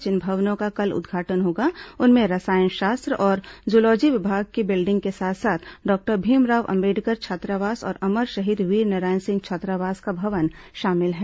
जिन भवनों का कल उद्घाटन होगा उनमें रसायन शास्त्र और जू लॉजी विभाग की बिल्डिंग के साथ साथ डॉक्टर भीमराव अंबेडकर छात्रावास और अमर शहीद वीरनारायण सिंह छात्रावास का भवन शामिल हैं